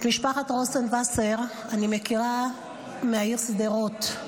את משפחת רוזנווסר אני מכירה מהעיר שדרות.